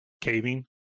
caving